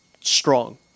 strong